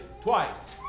twice